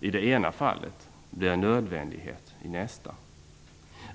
i det ena fallet blir en nödvändighet i nästa!